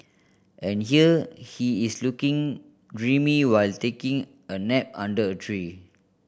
and here he is looking dreamy while taking a nap under a tree